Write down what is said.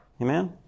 Amen